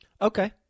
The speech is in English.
Okay